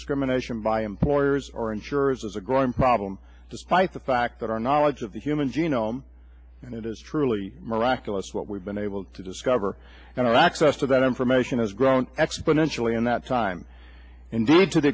discrimination by employers or insurers is a growing problem despite the fact that our knowledge of the human genome and it is truly miraculous what we've been able to discover and access to that information has grown exponentially in that time indeed to the